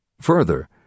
Further